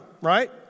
right